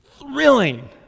thrilling